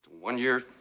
One-year